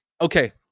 Okay